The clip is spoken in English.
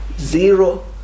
zero